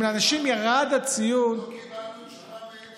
אם לאנשים ירד הציון, לא קיבלנו תשובה מהם.